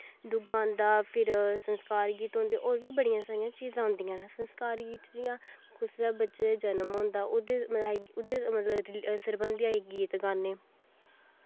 दुआ आंदा फिर संस्कार गीत होंदे होर बी बड़ियां सारियां चीजां होंदियां न संस्कार गीत च जियां कुसे बच्चे दा जन्म होंदा ओह्दे मतलव सरबंधै च गीत गान्ने